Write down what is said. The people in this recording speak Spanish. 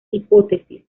hipótesis